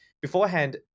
Beforehand